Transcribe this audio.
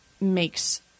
makes